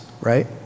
right